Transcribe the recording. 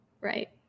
Right